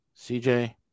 CJ